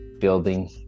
building